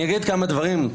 דבר ראשון,